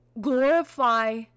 glorify